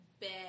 bad